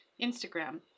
Instagram